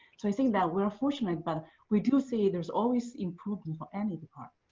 so i think that we're fortunate but we do say there's always improvement for any department.